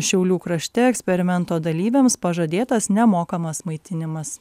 šiaulių krašte eksperimento dalyviams pažadėtas nemokamas maitinimas